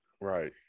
Right